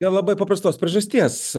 dėl labai paprastos priežasties